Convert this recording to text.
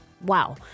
wow